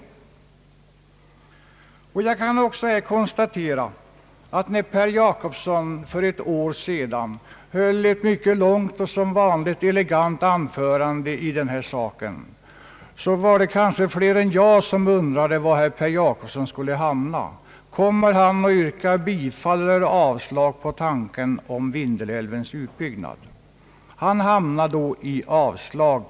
När herr Per Jacobsson för ett år sedan höll ett mycket långt och som vanligt elegant anförande i denna fråga, var det kanske fler än jag som undtrade om han skulle komma att yrka bifall eller avslag till Vindelälvens utbyggnad. Han yrkade då avslag.